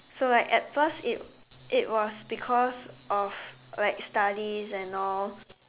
so like at first it it was because of like studies and all